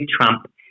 trump